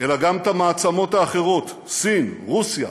אלא גם את המעצמות האחרות, סין, רוסיה,